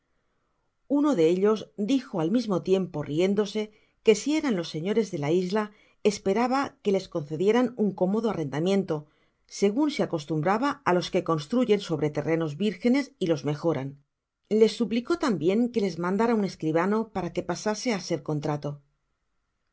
uno de ellos dijo al mismo tiempo riéndose que si eran los señores de la isla esperaba que les concederian un cómodo arrendamiento sugun se acostumbra á los que construyen sobre terrenos virgenes y los mejoran les suplicó tambien que les mandara un escribano para que pasase á ser contrato